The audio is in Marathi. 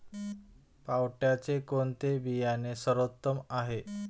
पावट्याचे कोणते बियाणे सर्वोत्तम आहे?